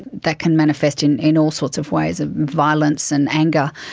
that can manifest in in all sorts of ways, ah violence and anger.